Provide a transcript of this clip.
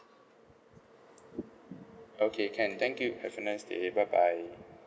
okay can thank you have a nice day bye bye